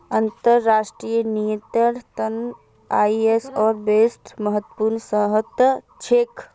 अंतर्राष्ट्रीय नियंत्रनेर त न आई.एस.ओ बेहद महत्वपूर्ण संस्था छिके